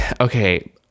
Okay